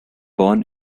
born